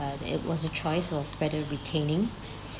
uh it was a choice of whether retaining